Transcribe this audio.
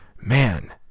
Man